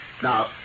Now